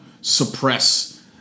suppress